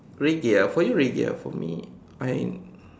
reggae ah for you reggae ah for me I'm